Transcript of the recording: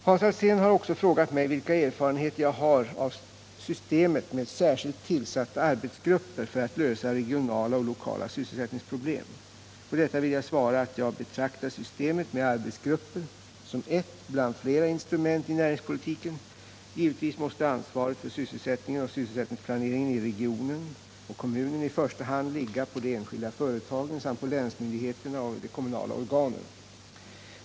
Hans Alsén har också frågat mig vilka erfarenheter jag har av systemet med särskilt tillsatta arbetsgrupper för att lösa regionala och lokala sysselsättningsproblem. På detta vill jag svara att jag betraktar systemet med arbetsgrupper som ett bland flera instrument i näringspolitiken. Givetvis måste ansvaret för sysselsättningen och sysselsättningsplaneringen i regionen och kommunen i första hand ligga på de enskilda företagen samt på länsmyndigheterna och kommunala organ.